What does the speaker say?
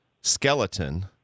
skeleton